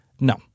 no